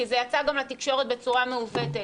כי זה יצא גם לתקשורת בצורה מעוותת,